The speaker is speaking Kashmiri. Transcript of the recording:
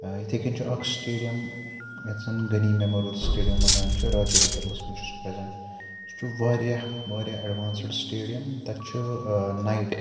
ٲں یِتھٔے کٔنۍ چھُ اکھ سٹیڈیَم یَتھ زَن غنی میٚموریَل سٹیڈیَم وَنان چھِ راجوری کٔدلَس منٛز چھُ سُہ پریٚزنٛٹ سُہ چھُ واریاہ واریاہ ایٚڈوانسٕڈ سٹیڈیَم تَتہِ چھُ ٲں نایٹ